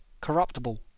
corruptible